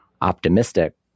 optimistic